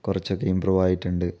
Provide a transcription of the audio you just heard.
കുറച്ചൊക്കെ ഇമ്പ്രൂവ് ആയിട്ടുണ്ട്